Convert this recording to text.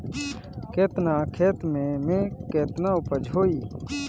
केतना खेत में में केतना उपज होई?